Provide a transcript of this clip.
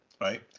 Right